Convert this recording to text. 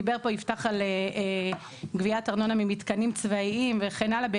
דיבר פה יפתח על גביית ארנונה ממתקנים צבאיים וכן הלאה,